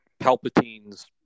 Palpatine's